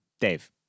Dave